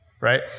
right